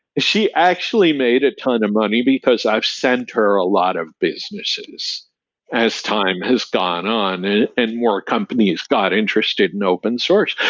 she actually made a ton of money, because i've sent her a lot of businesses as time has gone on and more companies got interested in open source.